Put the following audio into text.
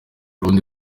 rundi